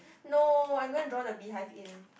no I am going to draw the beehive in